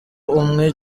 umwe